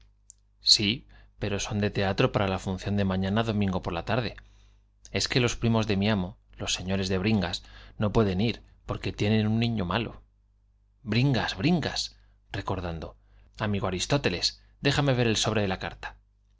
contiene billetes son de teatro sí pero para la función de mañana domingo por la tarde es que los primos d mi amo los señores de bringas no pueden ir porque tienen un niño malo r j bringas bringas recordando amigo ari tóteles déjame ver el sobre de la carta